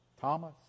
thomas